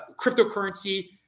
cryptocurrency